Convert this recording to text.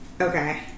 okay